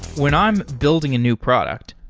when i'm building a new product,